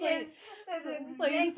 yes that's exactly